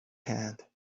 hand